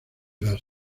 las